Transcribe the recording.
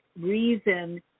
reason